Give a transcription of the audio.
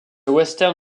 western